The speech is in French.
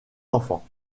enfants